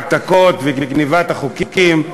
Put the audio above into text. צר לי מאוד שאני צריך להיכנס אחרי מופע ההעתקות וגנבת החוקים.